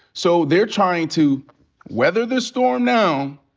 so they're trying to weather the storm now,